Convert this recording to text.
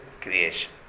creation